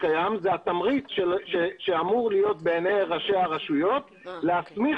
התמריץ שאמור להיות בעיני הרשויות המקומיות להסמיך